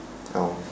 oh